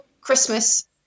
Christmas